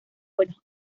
buenos